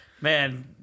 Man